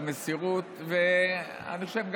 למסירות ואני חושב גם,